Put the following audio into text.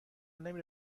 نمی